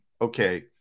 okay